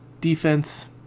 defense